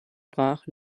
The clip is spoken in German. brach